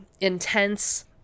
intense